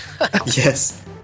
Yes